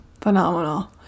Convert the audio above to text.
Phenomenal